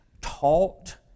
taught